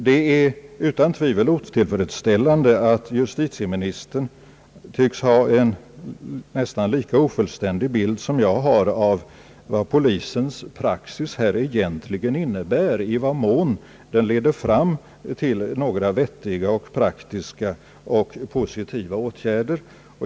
Det är utan tvivel otillfredsställande att justitieministern tycks ha en nästan lika ofullständig bild som jag har av vad polisens praxis egentligen innebär, i vad mån den leder fram till några vettiga, praktiska och positiva åtgärder.